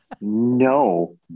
No